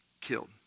killed